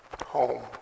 home